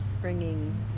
bringing